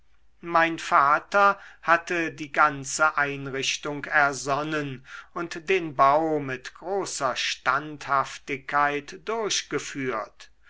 mein vater hatte die ganze einrichtung ersonnen und den bau mit großer standhaftigkeit durchgeführt